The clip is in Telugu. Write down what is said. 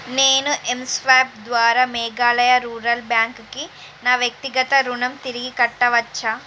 నేను ఎంస్వైప్ ద్వారా మేఘాలయ రూరల్ బ్యాంక్కి నా వ్యక్తిగత రుణం తిరిగి కట్టవచ్చా